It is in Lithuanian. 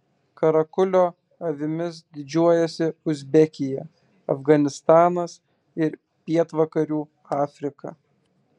karakulio avimis didžiuojasi uzbekija afganistanas ir pietvakarių afrika